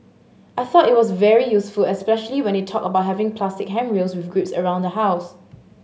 I thought it was very useful especially when they talked about having plastic handrails with grips around the house